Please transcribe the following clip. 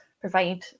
provide